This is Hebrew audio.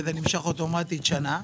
וזה נמשך אוטומטית שנה.